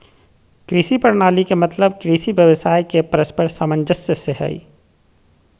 कृषि प्रणाली के मतलब कृषि व्यवसाय के परस्पर सामंजस्य से हइ